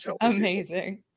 amazing